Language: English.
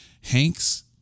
Hanks